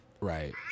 right